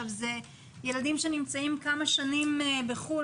אלה ילדים שנמצאים כמה שנים בחו"ל,